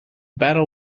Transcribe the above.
battle